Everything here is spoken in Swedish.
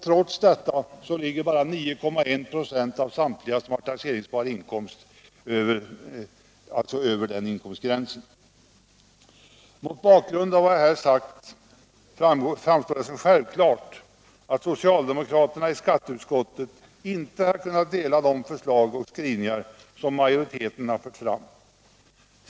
Trots detta ligger bara 9,1 96 av samtliga som har beskattningsbar inkomst över denna inkomstgräns. Mot bakgrund av vad jag här sagt framstår det som självklart att socialdemokraterna i skatteutskottet inte har kunnat dela de förslag och skrivningar som majoriteten har fört fram.